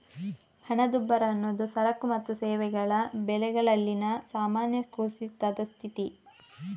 ಹಣದುಬ್ಬರ ಅನ್ನುದು ಸರಕು ಮತ್ತು ಸೇವೆಗಳ ಬೆಲೆಗಳಲ್ಲಿನ ಸಾಮಾನ್ಯ ಕುಸಿತದ ಸ್ಥಿತಿ